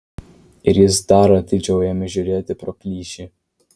ir jis dar atidžiau ėmė žiūrėti pro plyšį